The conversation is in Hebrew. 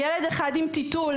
ילד אחד עם טיטול,